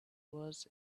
was